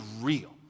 real